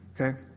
Okay